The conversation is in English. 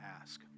ask